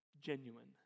genuine